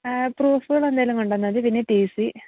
പ്രൂഫുകളെന്തെങ്കിലും കൊണ്ടുവന്നാൽ മതി പിന്നെ ടി സി